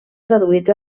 traduïts